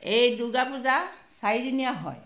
এই দুৰ্গা পূজা চাৰিদিনীয়া হয়